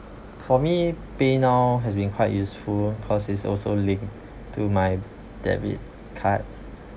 for me paynow has been quite useful cause is also linked to my debit card